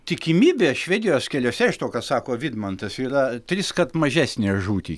tikimybė švedijos keliuose iš to ką sako vidmantas yra triskart mažesnė žūti